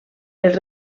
els